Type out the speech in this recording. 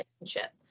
relationship